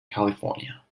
california